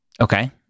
Okay